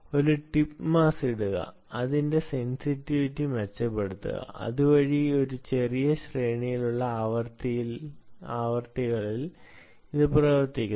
ഒരു tip mass ഇടുക അതിന്റെ സെന്സിറ്റിവിറ്റി മെച്ചപ്പെടുത്തുക അതുവഴി ഒരു ചെറിയ ശ്രേണിയിലുള്ള ആവൃത്തികളിൽ ഇത് പ്രവർത്തിക്കുന്നു